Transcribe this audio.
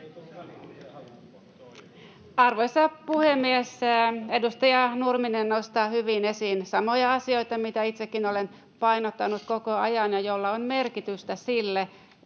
Arvoisa puhemies! Edustaja Nurminen nostaa hyvin esiin samoja asioita, mitä itsekin olen painottanut koko ajan ja joilla on merkitystä sille,